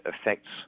affects